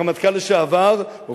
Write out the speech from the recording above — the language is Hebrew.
הרמטכ"ל לשעבר,